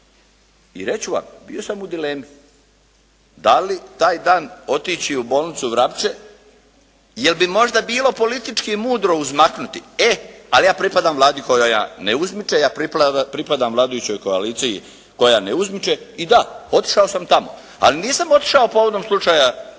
I reći ću vam, bio sam u dilemi da li taj dan otići u bolnicu Vrapče, jel' bi možda bilo politički mudro uzmaknuti, e ali ja pripadam Vladi koja ne uzmiče, ja pripadam vladajućoj koaliciji koja ne uzmiče i da, otišao sam tamo, ali nisam otišao povodom slučaja gospođe